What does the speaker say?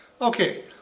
Okay